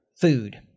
Food